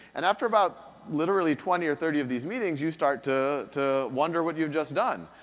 and after about literally twenty or thirty of these meetings, you start to to wonder what you've just done.